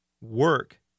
work